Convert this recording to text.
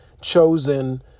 Chosen